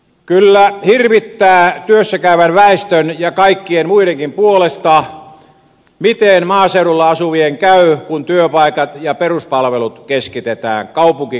kyllä hirvittää työssä käyvän väestön ja kaikkien muidenkin puolesta miten maaseudulla asuvien käy kun työpaikat ja peruspalvelut keskitetään kaupunkikeskittymiin